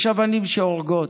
יש אבנים שהורגות.